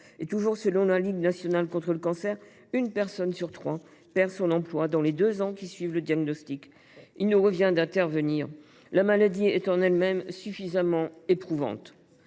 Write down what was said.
Toujours selon la Ligue nationale contre le cancer, une personne sur trois perd son emploi dans les deux ans qui suivent le diagnostic. Il nous revient d’intervenir ; la maladie est en elle même suffisamment éprouvante.